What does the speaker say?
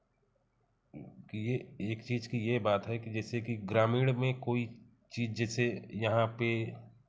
कि यह एक चीज़ कि यह बात है कि जैसे कि ग्रामीण में कोई चीज़ जैसे यहाँ पर